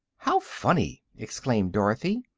how funny! exclaimed dorothy,